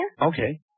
Okay